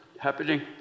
Happening